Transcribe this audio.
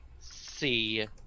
see